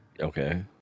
Okay